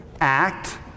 act